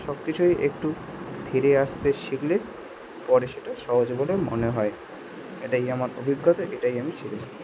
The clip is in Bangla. সব কিছুই একটু ধীরে আসতে শিখলে পরে সেটা সহজ বলে মনে হয় এটাই আমার অভিজ্ঞতা এটাই আমি শিখেচি